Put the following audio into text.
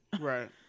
Right